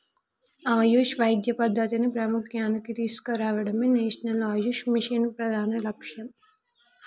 ఆయుష్ వైద్య పద్ధతిని ప్రాముఖ్య్యానికి తీసుకురావడమే నేషనల్ ఆయుష్ మిషన్ ప్రధాన లక్ష్యం